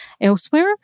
elsewhere